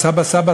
סבא,